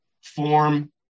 form